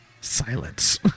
silence